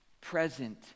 present